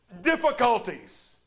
difficulties